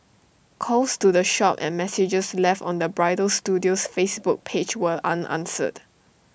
calls to the shop and messages left on the bridal studio's Facebook page were unanswered